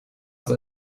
sei